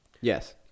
Yes